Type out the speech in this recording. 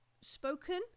spoken